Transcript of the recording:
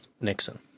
Nixon